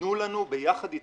תנו לנו יחד איתכם,